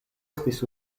estis